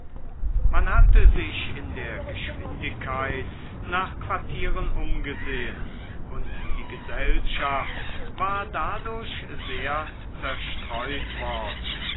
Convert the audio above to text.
man hatte sich in der geschwindigkeit nach quartieren umgesehen und die gesellschaft war dadurch sehr zerstreut worden